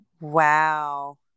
wow